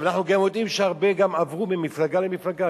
אנחנו גם יודעים שהרבה עברו ממפלגה למפלגה.